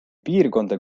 piirkonda